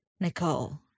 Nicole